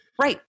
Right